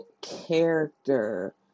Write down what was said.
character